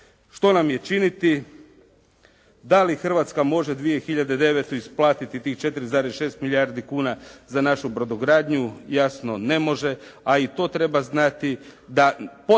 Što nam je činiti? Da li Hrvatska može 2009. isplatiti tih 4,6 milijardi kuna za našu brodogradnju? Jasno, ne može, a i to treba znati